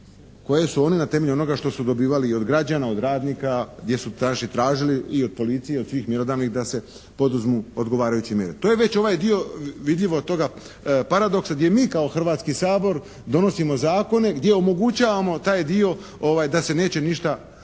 koje su one na temelju onoga što su dobivali i od građana, od radnika gdje su tražili i od policije i svih mjerodavnih da se poduzmu odgovarajuće mjere. To je već ovaj dio, vidljivo od toga paradoksa gdje mi kao Hrvatski sabor donosimo zakone gdje omogućavamo taj dio da se neće ništa